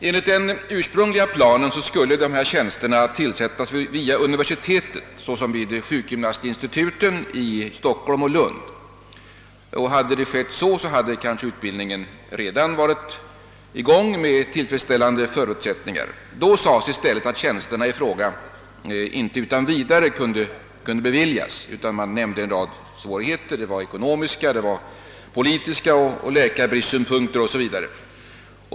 Enligt den ursprungliga planen skulle dessa tjänster tillsättas via universitetet på samma sätt som vid sjukgymnastinstituten i Stockholm och Lund. Om så hade skett, kanske utbildningen redan varit i gång under tillfredsställande förhållanden. I stället sades det att tjänsterna i fråga inte utan vidare kunde inrättas; man nämnde en rad svårigheter, såsom ekonomiska, politiska o.s.v.